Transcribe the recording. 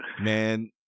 man